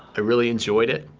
i really enjoyed it.